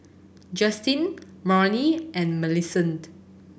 Justen Marnie and Millicent